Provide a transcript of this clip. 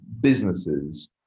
businesses